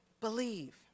believe